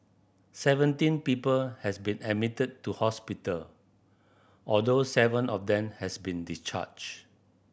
seventeen people has been admitted to hospital although seven of them has been discharged